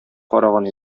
караган